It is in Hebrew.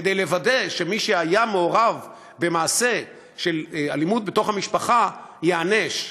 כדי לוודא שמי שהיה מעורב במעשה של אלימות בתוך המשפחה ייענש.